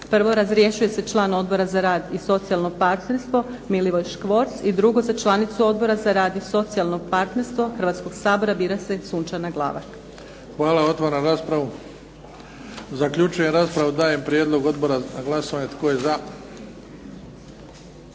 Prvo razrješuje se član Odbora za rad i socijalno partnerstvo, Milivoj Škvorc i drugo za članicu Odbora za rad i socijalno partnerstvo hrvatskog Sabora bira se Sunačana Glavak. **Bebić, Luka (HDZ)** Hvala. Otvaram raspravu. Zaključujem raspravu. Dajem prijedlog odbora na glasovanje. Tko je za?